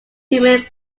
human